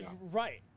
Right